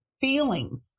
feelings